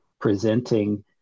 presenting